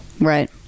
Right